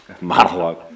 Monologue